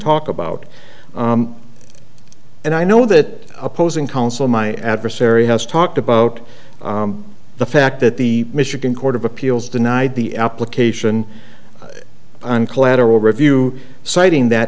talk about and i know that opposing counsel my adversary has talked about the fact that the michigan court of appeals denied the application on collateral review citing that